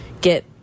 Get